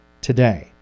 today